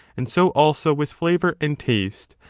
and so also with flavour and taste,